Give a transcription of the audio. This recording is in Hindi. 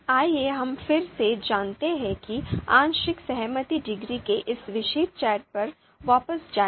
आइए हम फिर से जानते हैं कि आंशिक सहमति डिग्री के इस विशेष चार्ट पर वापस जाएं